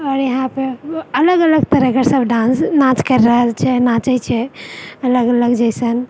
आओर यहाँपे अलग अलग तरहकेँ सभ डान्स नाँच करि रहल छै नाचै छै अलग अलग जाहिसँ